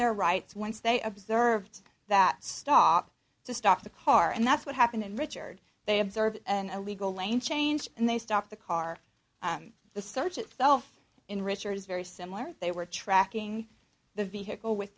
their rights once they observed that stop to stop the car and that's what happened and richard they observed an illegal lane change and they stopped the car and the search itself in richard is very similar they were tracking the vehicle with